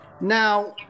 Now